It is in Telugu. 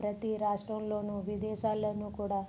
ప్రతీ రాష్ట్రంలోను విదేశాలలోనూ కూడా